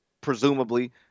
presumably